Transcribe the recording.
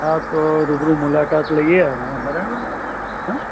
હા તો રૂબરૂ મુલાકાત લઈએ અમે બરાબર હં